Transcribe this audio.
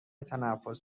تنفس